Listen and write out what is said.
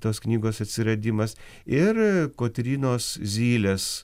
tos knygos atsiradimas ir kotrynos zylės